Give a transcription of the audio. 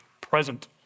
present